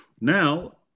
now